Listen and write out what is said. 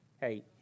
Hey